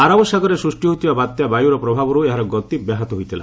ଆରବ ସାଗରରେ ସୃଷ୍ଟି ହୋଇଥିବା ବାତ୍ୟା 'ବାୟୁ'ର ପ୍ରଭାବରୁ ଏହାର ଗତି ବ୍ୟାହତ ହୋଇଥିଲା